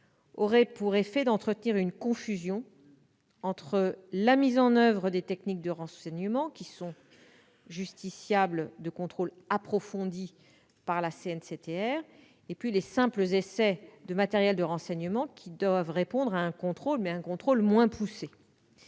aurait pour effet d'entretenir une confusion entre la mise en oeuvre des techniques de renseignement, qui peut être soumise à des contrôles approfondis par la CNCTR, et les simples essais de matériel de renseignement qui doivent répondre à un contrôle moins poussé.